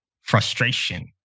frustration